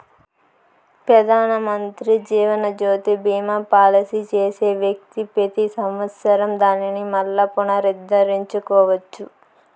పెదానమంత్రి జీవనజ్యోతి బీమా పాలసీ చేసే వ్యక్తి పెతి సంవత్సరం దానిని మల్లా పునరుద్దరించుకోవచ్చు